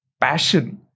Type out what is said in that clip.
Passion